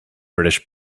british